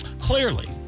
Clearly